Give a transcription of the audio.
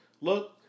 Look